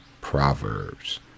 Proverbs